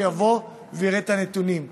שיבוא ויראה את הנתונים,